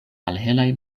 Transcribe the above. malhelaj